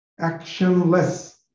actionless